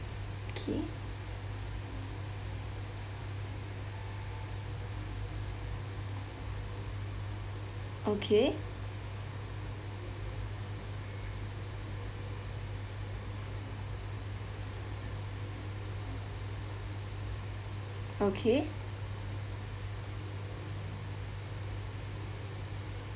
okay okay okay